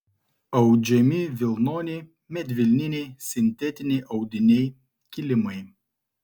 audžiami vilnoniai medvilniniai sintetiniai audiniai kilimai